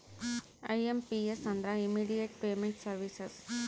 IMPS ಅಂದ್ರ immediate payment services